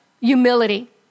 humility